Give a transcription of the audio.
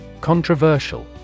Controversial